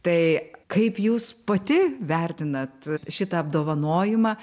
tai kaip jūs pati vertinat šitą apdovanojimą